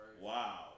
Wow